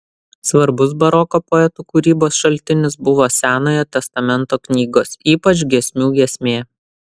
svarbus baroko poetų kūrybos šaltinis buvo senojo testamento knygos ypač giesmių giesmė